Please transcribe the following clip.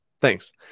Thanks